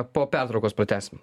po pertraukos pratęsim